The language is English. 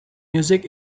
music